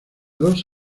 dos